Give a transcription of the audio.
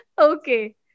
Okay